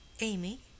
Amy